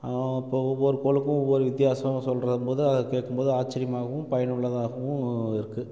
இப்போ ஒவ்வொரு கோளுக்கும் ஒவ்வொரு வித்தியாசம் சொல்லும்போது அதை கேட்கும்போது ஆச்சரியமாகவும் பயனுள்ளதாகவும் இருக்குது